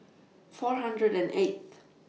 four hundred and eight th